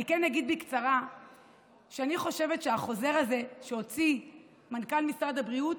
אני כן אגיד בקצרה שאני חושבת שהחוזר הזה שהוציא מנכ"ל משרד הבריאות